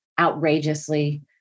outrageously